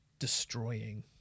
destroying